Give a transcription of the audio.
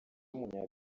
w’umunya